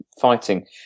fighting